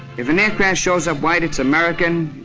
if an aircraft shows up white, it's american,